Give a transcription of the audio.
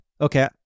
Okay